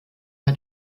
bei